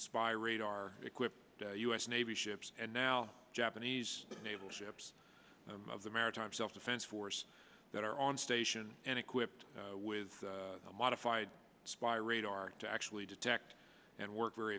spy radar equipped u s navy ships and now japanese naval ships of the maritime self defense force that are on station and equipped with a modified spy radar to actually detect and work very